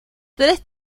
tres